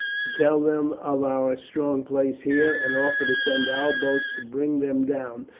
to tell them of our strong place here and offer to send our boats to bring them down,